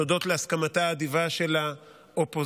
הודות להסכמתה האדיבה של האופוזיציה,